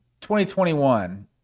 2021